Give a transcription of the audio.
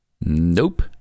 nope